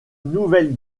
nouvelle